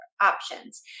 options